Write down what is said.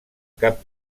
cap